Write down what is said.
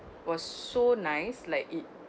was so nice like it